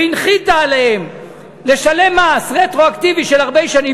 והנחיתה עליהם לשלם מס רטרואקטיבי של הרבה שנים,